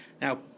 now